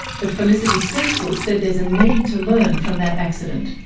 but felicity stetzel said there's a need to learn from that accident.